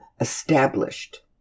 established